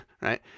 right